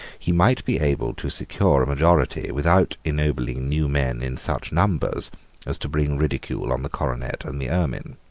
he might be able to secure a majority without ennobling new men in such numbers as to bring ridicule on the coronet and the ermine.